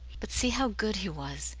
but see how good he was.